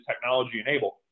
technology-enabled